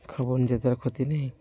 খবর নিতে তো আর ক্ষতি নেই